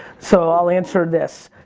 so i'll answer this.